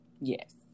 Yes